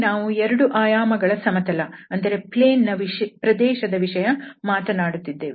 ನಾವು ಇಲ್ಲಿ ಎರಡು ಆಯಾಮಗಳ ಸಮತಲ ದ ಪ್ರದೇಶದ ವಿಷಯ ಮಾತನಾಡುತ್ತಿದ್ದೇವೆ